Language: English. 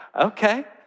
okay